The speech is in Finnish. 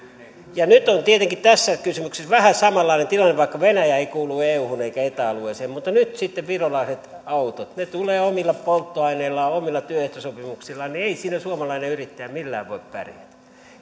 hommassa nyt on tietenkin tässä kysymyksessä vähän samanlainen tilanne vaikka venäjä ei kuulu euhun eikä eta alueeseen nyt on sitten virolaiset autot ne tulevat omilla polttoaineillaan omilla työehtosopimuksillaan ei siinä suomalainen yrittäjä millään voi pärjätä